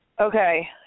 Okay